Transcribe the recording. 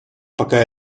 пока